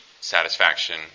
satisfaction